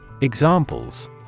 Examples